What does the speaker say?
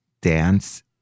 dance